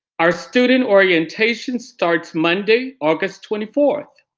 our student orientation starts monday, august twenty fourth.